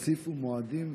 אבל ראיתי שהוסיפו מועדים.